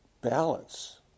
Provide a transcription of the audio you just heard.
balance